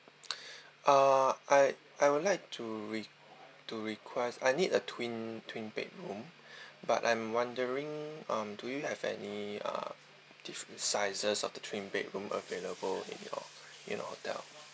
uh I I would like to re~ to request I need a twin twin bedroom but I'm wondering um do you have any uh different sizes of the twin bedroom available in your in your hotel